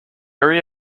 area